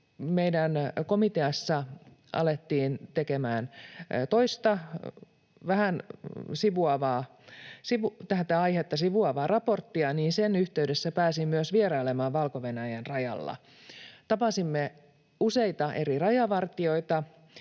meidän komiteassamme alettiin tekemään toista, vähän tätä aihetta sivuavaa raporttia, ja sen yhteydessä pääsin myös vierailemaan Valko-Venäjän rajalla. Tapasimme useita eri rajavartijoita,